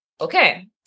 okay